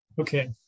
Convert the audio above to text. Okay